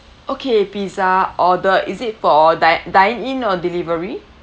okay pizza order is it for di~ dine in or delivery